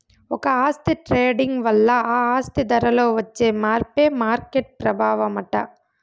ఒక ఆస్తి ట్రేడింగ్ వల్ల ఆ ఆస్తి ధరలో వచ్చే మార్పే మార్కెట్ ప్రభావమట